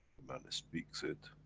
man speaks it.